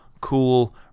cool